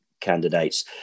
candidates